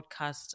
podcast